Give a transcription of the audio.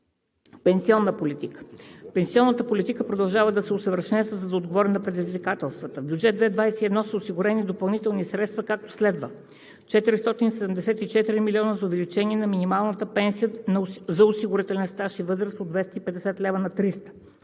Пенсионна политика Пенсионната политика продължава да се усъвършенства, за да отговори на предизвикателствата. В бюджет 2021 са осигурени допълнителни средства, както следва: 474,0 млн. лв. за увеличение на минималната пенсия за осигурителен стаж и възраст от 250 лв. на 300 лв.,